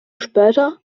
später